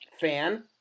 fan